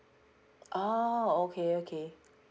ah okay okay